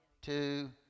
two